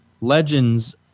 Legends